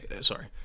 sorry